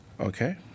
Okay